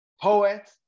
poet